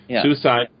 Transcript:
Suicide